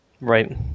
Right